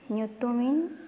ᱧᱩᱛᱩᱢᱤᱧ